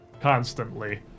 constantly